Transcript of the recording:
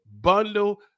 bundle